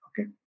okay